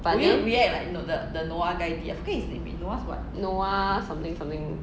but then noah something something